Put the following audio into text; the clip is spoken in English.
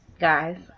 Guys